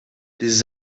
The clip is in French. les